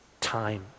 time